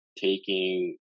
taking